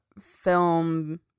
film